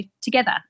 together